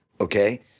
Okay